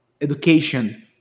education